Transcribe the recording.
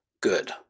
good